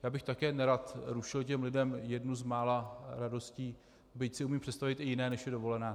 Já bych také nerad rušil těm lidem jednu z mála radostí, byť si umím představit i jiné, než je dovolená.